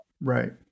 Right